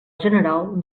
general